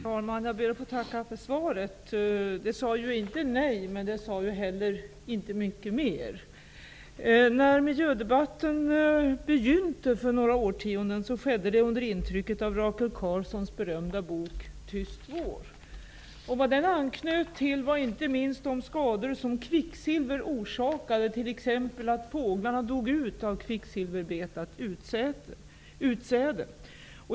Herr talman! Jag ber att få tacka för svaret. Det sade inte nej, men det sade inte heller så mycket mer. När miljödebatten begynte för några årtionden sedan skedde det under intryck av Rachel Carsons berömda bok Tyst vår. Den anknöt inte minst till de skador som kvicksilver orsakar, t.ex. att fåglar dör ut av kvicksilverbetat utsäde.